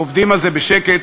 עובדים על זה בשקט,